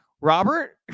Robert